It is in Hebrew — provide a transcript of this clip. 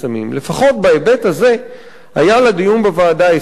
לפחות בהיבט הזה היה לדיון בוועדה הישג,